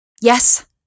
Yes